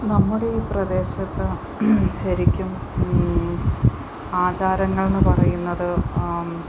നമ്മുടെ ഈ പ്രദേശത്ത് ശരിക്കും ആചാരങ്ങൾ എന്ന് പറയുന്നത്